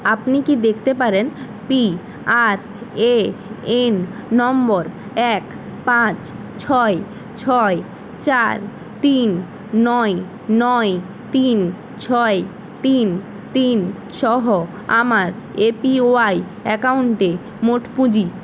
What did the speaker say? আপনি কি দেখতে পারেন পি আর এ এন নম্বর এক পাঁচ ছয় ছয় চার তিন নয় নয় তিন ছয় তিন তিন সহ আমার এপিওয়াই অ্যাকাউন্টে মোট পুঁজি